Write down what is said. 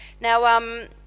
Now